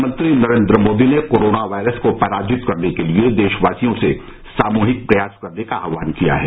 प्रधानमंत्री नरेन्द्र मोदी ने corona virus को पराजित करने के लिए देशवासियों से सामूहिक प्रयास करने का आहवान किया है